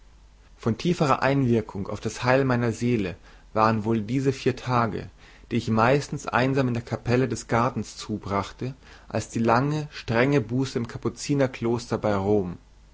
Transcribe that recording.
von tieferer einwirkung auf das heil meiner seele waren wohl diese vier tage die ich meistens einsam in der kapelle des gartens zubrachte als die lange strenge buße im kapuzinerkloster bei